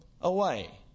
away